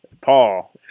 Paul